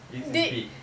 it's this big